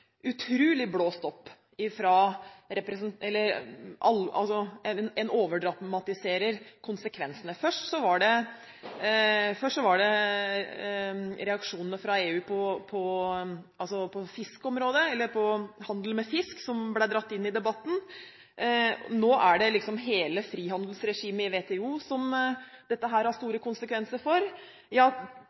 utrolig blåst opp, man overdramatiserer konsekvensene. Først var det reaksjonene fra EU på handelen med fisk som ble dratt inn i debatten. Nå er det liksom hele frihandelsregimet i WTO som dette har store konsekvenser for. Ja,